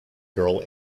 girl